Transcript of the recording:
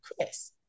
Chris